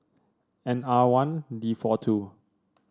N R one D four two